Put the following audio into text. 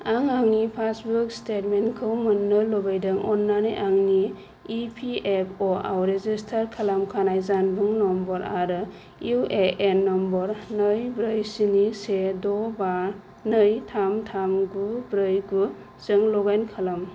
आं आंनि पासबुक स्टेटमेन्टखौ मोन्नो लुबैदों अननानै आंनि इ पि एफ अ आव रेजिस्टार खालामखानाय जानबुं नम्बर आरो इउ ए एन नम्बर नै ब्रै स्नि से द' बा नै थाम थाम गु ब्रै गु जों लग इन खालाम